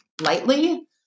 lightly